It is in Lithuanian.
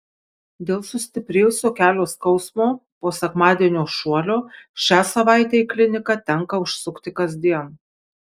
dėl sustiprėjusio kelio skausmo po sekmadienio šuolio šią savaitę į kliniką tenka užsukti kasdien